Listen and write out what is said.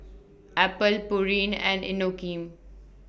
Apple Pureen and Inokim